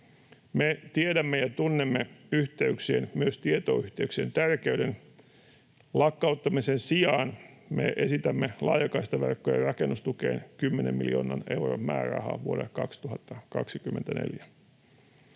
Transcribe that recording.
Me tiedämme ja tunnemme yhteyksien, myös tietoyhteyksien, tärkeyden. Lakkauttamisen sijaan me esitämme laajakaistaverkkojen rakennustukeen kymmenen miljoonan euron määrärahaa vuodelle 2024.